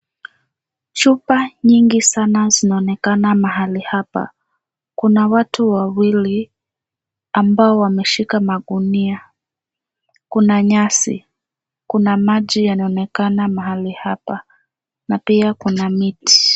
Chupa nyingi sana zinaonekana mahali hapa. Kuna watu wawili ambao wameshika magunia. Kuna nyasi, kuna maji yanayoonekana mahali hapa, na pia kuna miti.